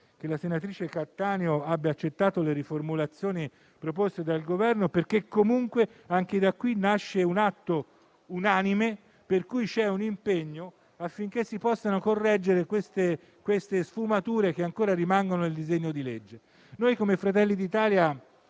che la senatrice Cattaneo abbia accettato le riformulazioni proposte dal Governo, perché anche da qui nascono un atto unanime e un impegno affinché si possano correggere le sfumature che ancora rimangono nel disegno di legge. Come Fratelli d'Italia,